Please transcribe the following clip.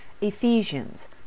Ephesians